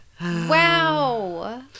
Wow